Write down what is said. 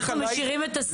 אנחנו משאירים את הסעיף הזה.